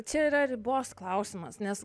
čia yra ribos klausimas nes